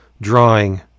drawing